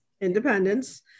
Independence